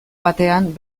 batean